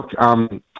look